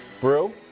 Brew